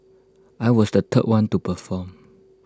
I was the third one to perform